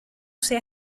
sea